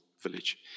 village